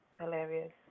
hilarious